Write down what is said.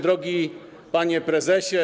Drogi Panie Prezesie!